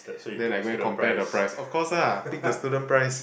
then I go and compared the price of course lah pick the student price